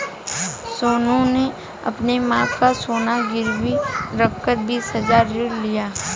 सोनू ने अपनी मां का सोना गिरवी रखकर बीस हजार ऋण लिया